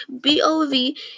B-O-V